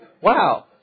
wow